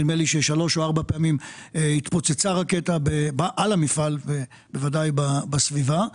נדמה לי ששלוש או ארבע פעמים התפוצצה רקטה על המפעל ובוודאי בסביבה.